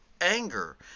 anger